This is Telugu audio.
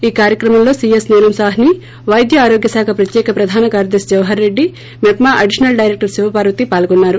ఈ కార్యక్రమంలో సీఎస్ నీలం సాహ్సి వైద్య ఆరోగ్యశాఖ ప్రత్యేక ప్రధాన కార్యదర్శి జవహర్ రెడ్డి మెప్మా అడిషనల్ డైరెక్టర్ శివపార్వతి పాల్గొన్నారు